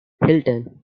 hilton